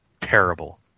terrible